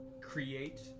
create